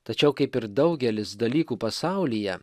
tačiau kaip ir daugelis dalykų pasaulyje